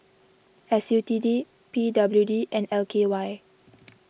S U T D P W D and L K Y